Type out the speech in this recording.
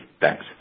Thanks